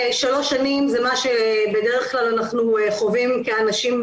שלוש שנים זה מה שבדרך כלל אנחנו חווים כאנשים,